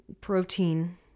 protein